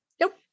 Nope